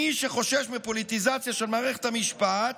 מי שחושש מפוליטיזציה של מערכת המשפט